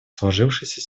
сложившейся